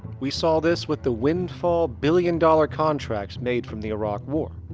we saw this with the windfall billion dollar contracts made from the iraq war.